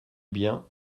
bien